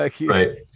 right